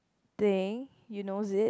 thing you knows it